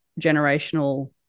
generational